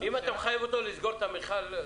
אני מציע שהם יקבלו להציג חלף הרישיון.